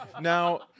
Now